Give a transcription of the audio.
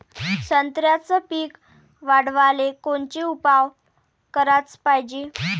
संत्र्याचं पीक वाढवाले कोनचे उपाव कराच पायजे?